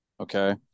Okay